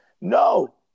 No